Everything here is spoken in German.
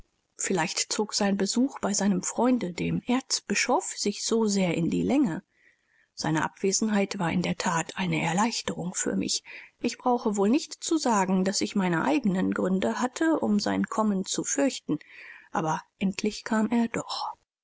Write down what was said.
vielleicht zog sein besuch bei seinem freunde dem erzbischof sich so sehr in die länge seine abwesenheit war in der that eine erleichterung für mich ich brauche wohl nicht zu sagen daß ich meine eigenen gründe hatte um sein kommen zu fürchten aber endlich kam er doch